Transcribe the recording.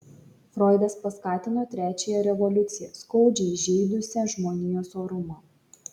froidas paskatino trečiąją revoliuciją skaudžiai žeidusią žmonijos orumą